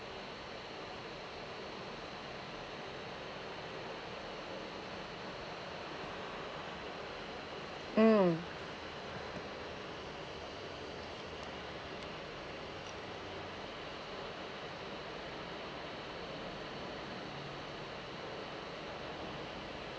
mm